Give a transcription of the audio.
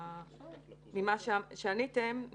דברים ממה שהעליתם.